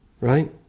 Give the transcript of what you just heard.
Right